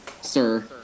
sir